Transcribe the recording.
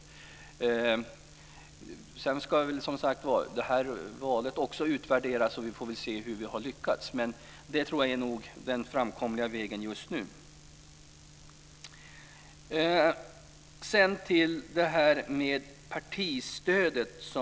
Sedan ska som sagt också det här valet utvärderas, och vi får då se hur vi har lyckats. Men jag tror nog att detta är den framkomliga vägen just nu. Sedan går jag över till det här med partistödet.